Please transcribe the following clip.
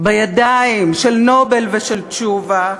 בידיים של "נובל" ושל תשובה,